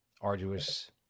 arduous